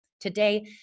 Today